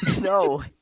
No